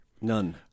None